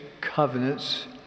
covenants